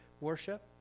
worship